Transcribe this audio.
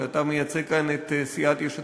שאתה מייצג כאן את סיעת יש עתיד.